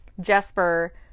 jesper